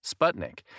Sputnik